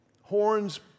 horns